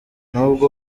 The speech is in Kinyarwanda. nubwo